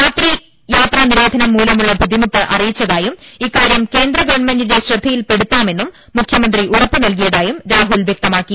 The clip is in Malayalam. രാത്രി യാത്രാനിരോധനം മൂലമുള്ള ബുദ്ധിമുട്ട് അറിയി ച്ചതായും ഇക്കാര്യം കേന്ദ്ര ഗവൺമെന്റിന്റെ ശ്രദ്ധയിൽപ്പെടുത്താ മെന്ന് മുഖ്യമന്ത്രി ഉറപ്പു നൽകിയതായും രാഹുൽ വ്യക്തമാക്കി